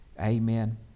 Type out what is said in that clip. Amen